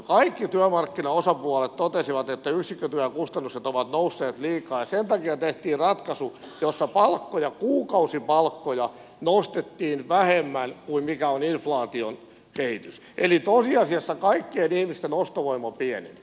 kaikki työmarkkinaosapuolet totesivat että yksikkötyökustannukset ovat nousseet liikaa ja sen takia tehtiin ratkaisu jossa kuukausipalkkoja nostettiin vähemmän kuin mikä on inflaation kehitys eli tosiasiassa kaikkien ihmisten ostovoima pieneni